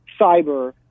cyber